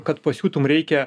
kad pasiūtum reikia